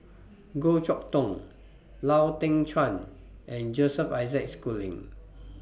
Goh Chok Tong Lau Teng Chuan and Joseph Isaac Schooling